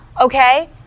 okay